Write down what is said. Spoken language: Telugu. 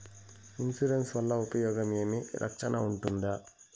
ఇన్సూరెన్సు వల్ల ఉపయోగం ఏమి? రక్షణ ఉంటుందా?